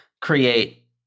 create